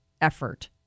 effort